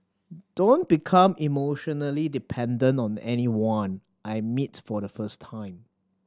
don't become emotionally dependent on anyone I meet for the first time